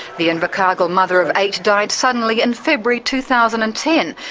the invercargill mother of eight died suddenly in february two thousand and ten.